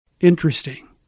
interesting